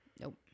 Nope